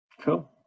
Cool